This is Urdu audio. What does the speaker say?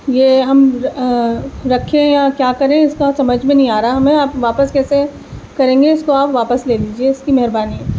یہ ہم رکھیں یا کیا کریں اس کا سمجھ میں نہیں آ رہا ہے ہمیں آپ واپس کیسے کریں گے اس کو آپ واپس لے لیجیے اس کی مہربانی ہے